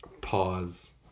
pause